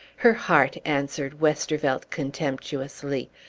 her heart! answered westervelt contemptuously.